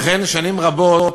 ואכן, שנים רבות,